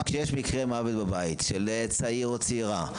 שיש מקרה מוות בבית של צעיר או צעירה,